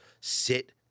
sit